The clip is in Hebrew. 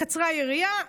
קצרה היריעה.